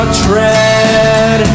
tread